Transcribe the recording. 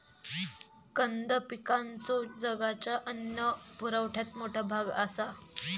कंद पिकांचो जगाच्या अन्न पुरवठ्यात मोठा भाग आसा